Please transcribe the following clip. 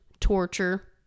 torture